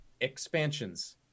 expansions